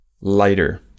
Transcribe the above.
lighter